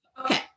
Okay